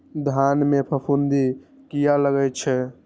धान में फूफुंदी किया लगे छे?